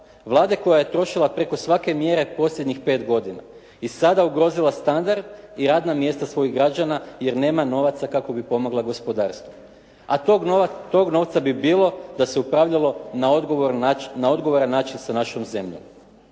Vlade koja je trošila preko svake mjere posljednjih 5 godina. I sada je ugrozila standard i radna mjesta svojih građana, jer nema novaca kako bi pomogla gospodarstvu. A tog novca bi bilo da se upravljalo na odgovoran način sa našom zemljom.